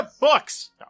books